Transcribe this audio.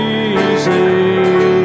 easy